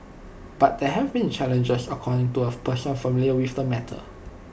but there have been challenges according to A person familiar with the matter